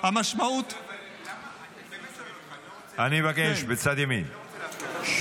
אני מבקש, בצד ימין,